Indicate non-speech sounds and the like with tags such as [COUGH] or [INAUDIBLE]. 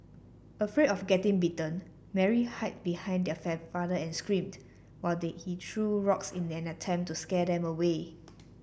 afraid of getting bitten Mary hid behind her [UNINTELLIGIBLE] father and screamed while they he threw rocks in an attempt to scare them away